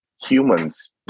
humans